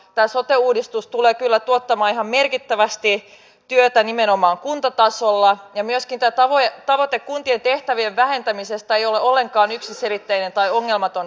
tämä sote uudistus tulee kyllä tuottamaan ihan merkittävästi työtä nimenomaan kuntatasolla ja myöskään tämä tavoite kuntien tehtävien vähentämisestä ei ole ollenkaan yksiselitteinen tai ongelmaton sekään